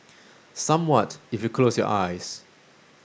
somewhat if you close your eyes